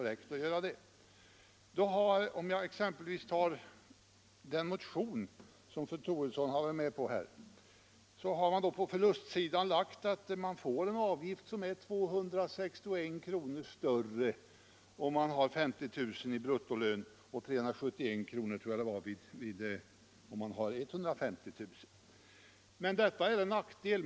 I den motion som fru Troedsson varit med om att väcka har man på förlustsidan tagit upp att avgiften blir 261 kr. större, om man har en bruttolön på 50 000 kr., och 371 kr. större, om man har en bruttolön på 150 000 kr. Detta är en nackdel.